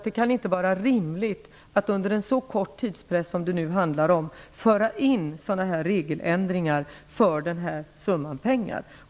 Det kan inte vara rimligt att inom en så kort tidsperiod som det nu handlar om föra in regeländringar för användningen av denna summa pengar.